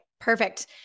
perfect